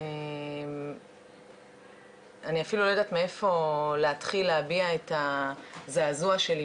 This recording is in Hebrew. אני אפילו לא יודעת מאיפה להתחיל להביע את הזעזוע שלי